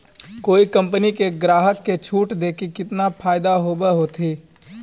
कोई कंपनी के ग्राहक के छूट देके केतना फयदा होब होतई?